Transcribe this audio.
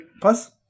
Plus